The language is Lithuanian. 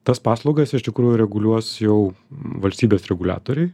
tas paslaugas iš tikrųjų reguliuos jau valstybės reguliatoriai